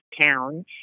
town